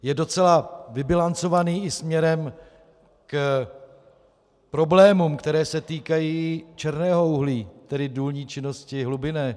Je docela vybilancovaný i směrem k problémům, které se týkají černého uhlí, tedy důlní činnosti hlubinné.